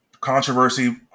controversy